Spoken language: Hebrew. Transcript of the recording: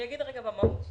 במהות,